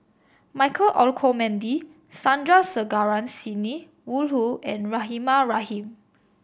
Michael Olcomendy Sandrasegaran Sidney Woodhull and Rahimah Rahim